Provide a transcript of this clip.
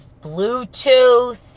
Bluetooth